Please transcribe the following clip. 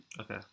Okay